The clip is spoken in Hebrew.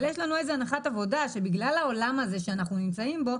אבל יש לנו הנחת עבודה שבגלל העולם הזה שאנחנו נמצאים בו,